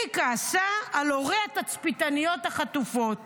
היא כעסה על הורי התצפיתניות החטופות